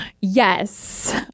yes